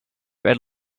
red